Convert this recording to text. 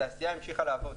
התעשייה המשיכה לעבוד